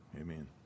Amen